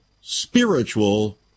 spiritual